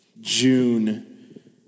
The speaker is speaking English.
June